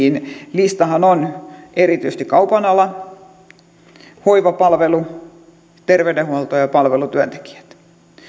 listallahan on erityisesti kaupan ala hoivapalvelu terveydenhuolto ja palvelutyöntekijät